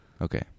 Okay